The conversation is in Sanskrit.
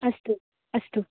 अस्तु अस्तु